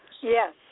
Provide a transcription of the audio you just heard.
Yes